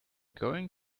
going